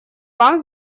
вам